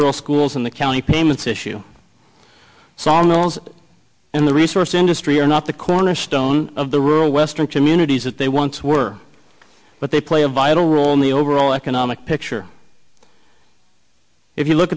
rural schools in the county payments issue sawmills in the resource industry are not the cornerstone of the rural western communities that they once were but they play a vital role in the overall economic picture if you look